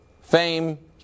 fame